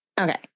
Okay